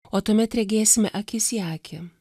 o tuomet regėsime akis į akį